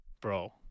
bro